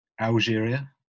Algeria